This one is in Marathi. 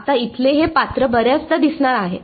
आता इथले हे पात्र बर्याचदा दिसणार आहे